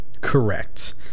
Correct